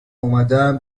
اومدم